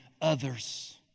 others